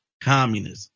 communism